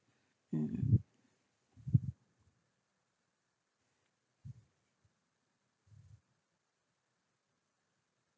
mm